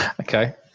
Okay